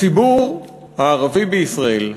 הציבור הערבי בישראל,